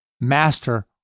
Master